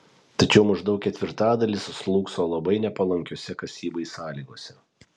tačiau maždaug ketvirtadalis slūgso labai nepalankiose kasybai sąlygose